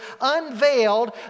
unveiled